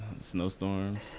Snowstorms